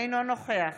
אינו נוכח